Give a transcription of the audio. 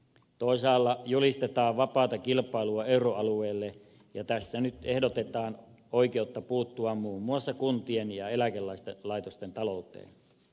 toisaalla julistetaan vapaata kilpailua euroalueelle ja tässä nyt ehdotetaan oikeutta puuttua muun muassa kuntien ja eläkelaitosten talouteen